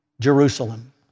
Jerusalem